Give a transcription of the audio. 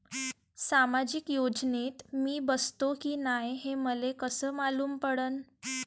सामाजिक योजनेत मी बसतो की नाय हे मले कस मालूम पडन?